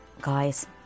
guys